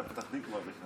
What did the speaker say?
אתה בפתח תקווה בכלל.